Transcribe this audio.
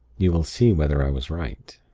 you will see whether i was right.